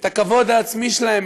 את הכבוד העצמי שלהם,